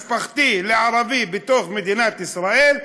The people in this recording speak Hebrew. תא משפחתי לערבי בתוך מדינת ישראל,